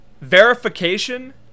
verification